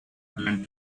alan